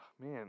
man